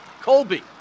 Colby